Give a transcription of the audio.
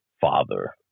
father